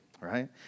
right